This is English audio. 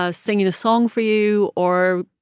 ah singing a song for you or,